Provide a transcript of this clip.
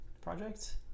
project